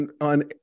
on